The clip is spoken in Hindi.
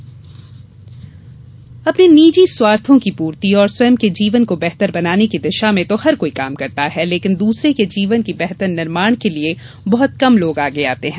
बालिका गोद अपने निजी स्वार्थो की पूर्ति और स्वयं के जीवन को बेहतर बनाने की दिशा में तो हर कोई काम करता है लेकिन दूसरे के जीवन की बेहतर निर्माण के लिए बहत कम लोग आगे आते हैं